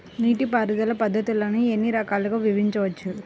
నీటిపారుదల పద్ధతులను ఎన్ని రకాలుగా విభజించవచ్చు?